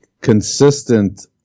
consistent